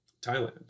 Thailand